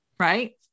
Right